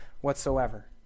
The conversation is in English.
whatsoever